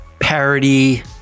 parody